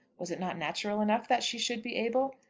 was it not natural enough that she should be able?